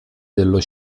dello